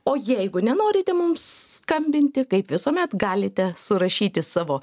o jeigu nenorite mums skambinti kaip visuomet galite surašyti savo